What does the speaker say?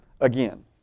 again